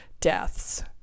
deaths